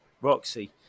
Roxy